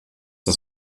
das